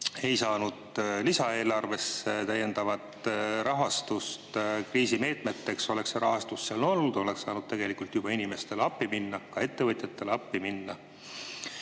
ei saanud lisaeelarvest täiendavat rahastust kriisimeetmeteks. Oleks see rahastus seal olnud, oleks saanud tegelikult juba inimestele appi minna, ka ettevõtjatele appi minna. Ja